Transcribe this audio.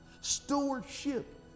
Stewardship